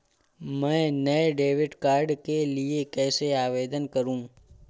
मैं नए debit card के लिए कैसे आवेदन करूं?